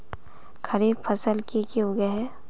खरीफ फसल की की उगैहे?